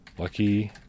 lucky